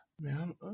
man